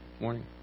Morning